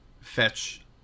fetch